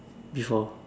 before